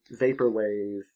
vaporwave